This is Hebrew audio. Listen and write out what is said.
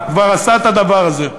הוא כבר עשה את הדבר הזה.